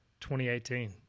2018